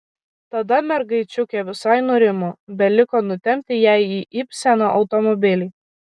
tada mergaičiukė visai nurimo beliko nutempti ją į ibseno automobilį